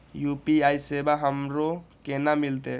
UPI सेवा हमरो केना मिलते?